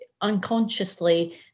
unconsciously